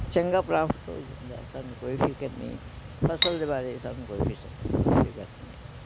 ਚੰਗਾ ਪ੍ਰੋਫਿਟ ਹੋ ਜਾਂਦਾ ਸਾਨੂੰ ਕੋਈ ਫਿਕਰ ਨਹੀਂ ਫਸਲ ਦੇ ਬਾਰੇ ਸਾਨੂੰ ਕੋਈ ਫਿਕਰ ਨਹੀਂ ਹੈ